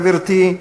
גברתי,